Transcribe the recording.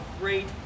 great